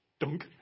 Dunk